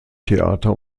theater